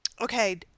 Okay